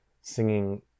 singing